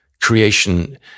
creation